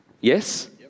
Yes